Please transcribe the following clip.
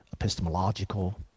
epistemological